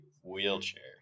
wheelchair